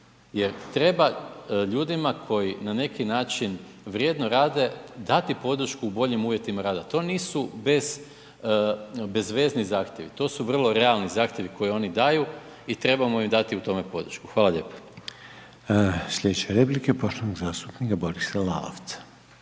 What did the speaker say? Jer treba ljudima koji na neki način vrijedno rade dati podršku u boljim uvjetima rada. To nisu bezvezni zahtjevi, to su vrlo realni zahtjevi koje oni daju i trebamo im dati u tome podršku. Hvala lijepo. **Reiner, Željko (HDZ)** Sljedeća replika je poštovanog zastupnika Borisa Lalovca.